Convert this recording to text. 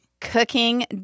cooking